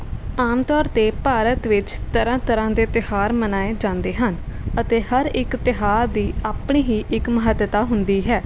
ਆਮ ਤੌਰ 'ਤੇ ਭਾਰਤ ਵਿੱਚ ਤਰ੍ਹਾਂ ਤਰ੍ਹਾਂ ਦੇ ਤਿਉਹਾਰ ਮਨਾਏ ਜਾਂਦੇ ਹਨ ਅਤੇ ਹਰ ਇੱਕ ਤਿਉਹਾਰ ਦੀ ਆਪਣੀ ਹੀ ਇੱਕ ਮਹੱਤਤਾ ਹੁੰਦੀ ਹੈ